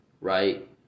Right